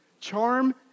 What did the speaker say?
Charm